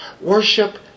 Worship